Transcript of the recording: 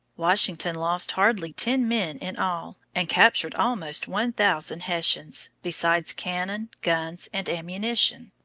washington lost hardly ten men in all and captured almost one thousand hessians, besides cannon, guns, and ammunition.